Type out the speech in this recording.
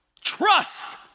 trust